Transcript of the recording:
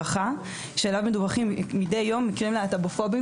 שאליו מדווחים בכל יום מקרים להט"בופובים